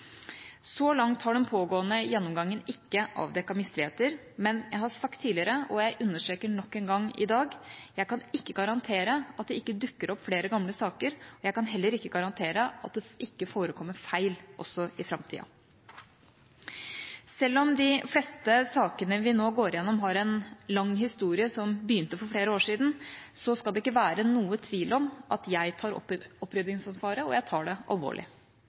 Så langt har den pågående gjennomgangen ikke avdekket misligheter, men jeg har sagt tidligere og jeg understreker nok en gang i dag at jeg kan ikke garantere at det ikke dukker opp flere gamle saker, og jeg kan heller ikke garantere at det ikke forekommer feil også i framtida. Selv om de fleste sakene vi nå går gjennom, har en lang historie som begynte for flere år siden, skal det ikke være noen tvil om at jeg tar opprydningsansvaret, og jeg tar det alvorlig.